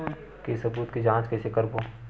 के सबूत के जांच कइसे करबो?